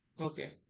Okay